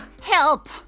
Help